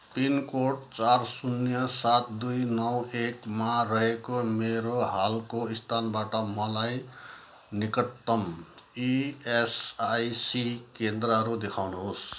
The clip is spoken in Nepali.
पिनकोड चार शून्य सात दुई नौ एकमा रहेको मेरो हालको स्थानबाट मलाई निकटतम इएसआइसी केन्द्रहरू देखाउनुहोस्